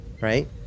right